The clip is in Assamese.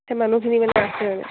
সেই মানুহখিনি মানে আছে